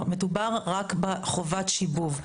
מדובר רק בחובת שיבוב.